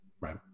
Right